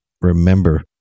remember